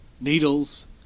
needles